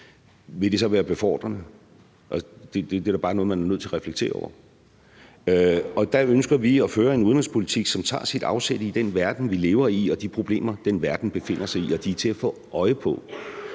vil det så være befordrende? Det er da bare noget, man er nødt til at reflektere over. Og der ønsker vi at føre en udenrigspolitik, som tager sit afsæt i den verden, vi lever i, og de problemer, den verden befinder sig i. Og de er til at få øje på.